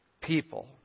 people